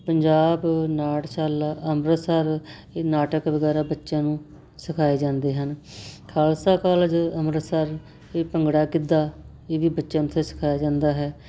ਪੰਜਾਬ ਨਾਟਸ਼ਾਲਾ ਅੰਮ੍ਰਿਤਸਰ ਇਹ ਨਾਟਕ ਵਗੈਰਾ ਬੱਚਿਆਂ ਨੂੰ ਸਿਖਾਏ ਜਾਂਦੇ ਹਨ ਖਾਲਸਾ ਕਾਲਜ ਅੰਮ੍ਰਿਤਸਰ ਇਹ ਭੰਗੜਾ ਗਿੱਧਾ ਇਹ ਵੀ ਬੱਚਿਆਂ ਨੂੰ ਉੱਥੇ ਸਿਖਾਇਆ ਜਾਂਦਾ ਹੈ